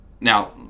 Now